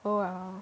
oh well